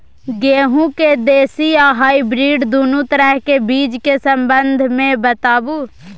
गेहूँ के देसी आ हाइब्रिड दुनू तरह के बीज के संबंध मे बताबू?